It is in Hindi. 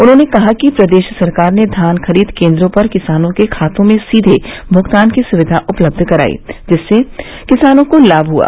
उन्होंने कहा कि प्रदेश सरकार ने धान खरीद केंद्रों पर किसानों के खातों में सीधे भुगतान की सुविधा उपलब्ध कराई जिससे किसानों को लाभ हुआ